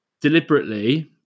deliberately